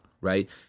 right